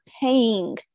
paying